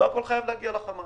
אבל לא הכול חייב להגיע לחברה